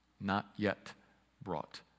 not-yet-brought